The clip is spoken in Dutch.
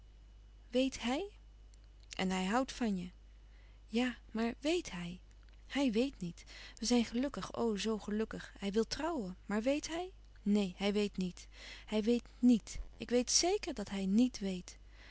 hij en hij houdt van je ja maar wèet hij hij weet niet we zijn gelukkig o zoo gelukkig hij wil trouwen maar weet hij neen hij weet niet hij weet niet ik weet zéker dat hij net weet